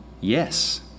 Yes